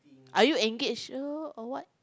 are you engaged or what